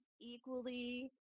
equally